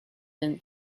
and